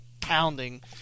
pounding